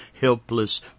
helpless